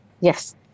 Yes